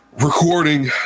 recording